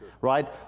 Right